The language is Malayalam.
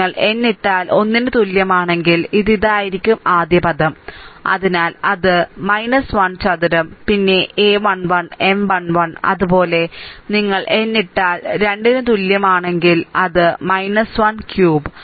നിങ്ങൾ n ഇട്ടാൽ 1 ന് തുല്യമാണെങ്കിൽ ഇത് ഇതായിരിക്കും ഈ ആദ്യ പദം അതിനാൽ അത് 1 ചതുരം പിന്നെ a1 1 M 1 1 അതുപോലെ നിങ്ങൾ n ഇട്ടാൽ 2 ന് തുല്യമാണെങ്കിൽ അത് 1 ക്യൂബ്